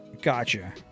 Gotcha